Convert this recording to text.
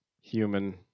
human